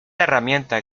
herramienta